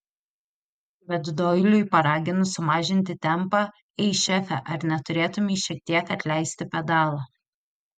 bet doiliui paraginus sumažinti tempą ei šefe ar neturėtumei šiek tiek atleisti pedalo